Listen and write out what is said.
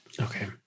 Okay